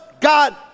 God